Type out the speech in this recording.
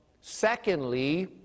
Secondly